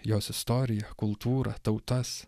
jos istoriją kultūrą tautas